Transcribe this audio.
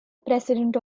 president